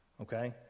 okay